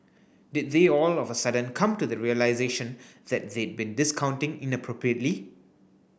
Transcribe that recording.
did they all of a sudden come to the realisation that they'd been discounting inappropriately